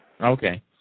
Okay